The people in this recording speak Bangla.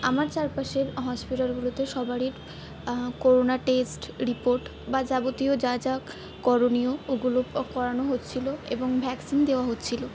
আমার চারপাশের হসপিটালগুলোতে সবারই করোনা টেস্ট রিপোর্ট বা যাবতীয় যা যা করণীয় ওগুলো করানো হচ্ছিল এবং ভ্যাক্সিন দেওয়া হচ্ছিল